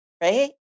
right